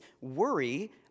worry